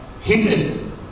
hidden